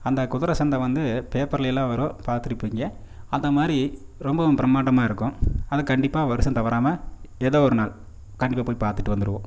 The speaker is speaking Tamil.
அந்த குதிரை சந்தை வந்து பேப்பரில் எல்லாம் வரும் பார்த்துருப்பீங்க அந்த மாதிரி ரொம்பவும் பிரமாண்டமாக இருக்கும் அதுவும் கண்டிப்பாக வருஷம் தவறாமல் ஏதோ ஒரு நாள் கண்டிப்பாக போய் பார்த்துட்டு வந்துடுவோம்